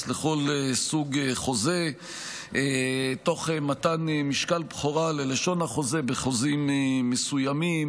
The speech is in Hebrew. לכל סוג חוזה תוך מתן משקל בכורה ללשון החוזה בחוזים מסוימים,